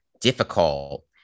difficult